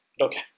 Okay